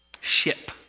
ship